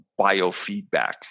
biofeedback